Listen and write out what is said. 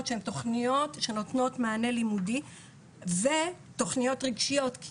שהן תוכניות שנותנות מענה לימודי ותוכניות רגשיות,